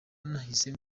nahise